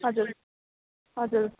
हजुर हजुर